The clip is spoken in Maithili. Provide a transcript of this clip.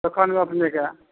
तखन अपनेके